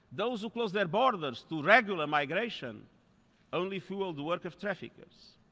those who close their borders to regular migration only fuel the work of traffickers.